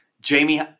Jamie